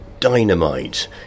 dynamite